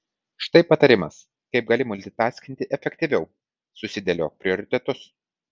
štai patarimas kaip gali multitaskinti efektyviau susidėliok prioritetus